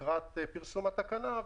לקראת פרסום התקנה,